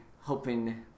hoping